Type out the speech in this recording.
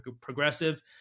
progressive